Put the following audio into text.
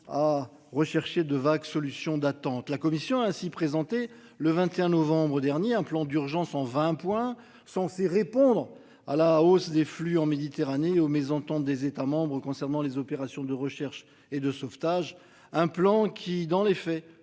à rechercher de vagues solution d'attente. La commission a ainsi présenté le 21 novembre dernier un plan d'urgence en 20. Censé répondre à la hausse des flux en Méditerranée au mésentente des États, concernant les opérations de recherche et de sauvetage, un plan qui dans les faits,